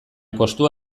kostua